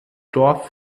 dorf